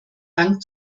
dank